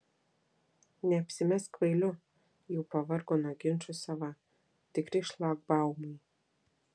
neapsimesk kvailiu jau pavargo nuo ginčų sava tikri šlagbaumai